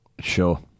Sure